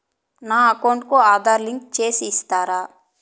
నా అకౌంట్ కు ఆధార్ లింకు సేసి ఇస్తారా?